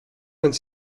vingt